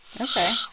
Okay